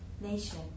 nation